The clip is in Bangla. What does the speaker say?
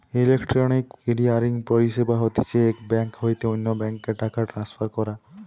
ইলেকট্রনিক ক্লিয়ারিং পরিষেবা হতিছে এক বেঙ্ক হইতে অন্য বেঙ্ক এ টাকা ট্রান্সফার করা